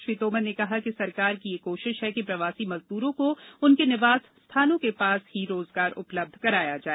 श्री तोमर ने कहा कि सरकार की यह कोशिश है कि प्रवासी मजदूरों को उनके निवास स्थानों के पास ही रोजगार उपलब्ध कराया जाए